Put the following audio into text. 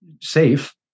safe